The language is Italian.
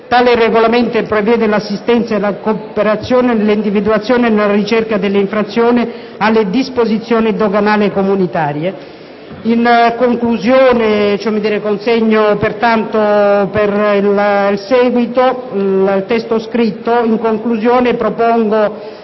Tale regolamento prevede l'assistenza e la cooperazione nell'individuazione e nella ricerca delle infrazioni alle disposizioni doganali comunitarie.